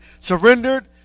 surrendered